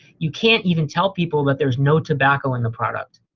you can't even tell people that there's no tobacco in the product.